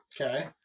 okay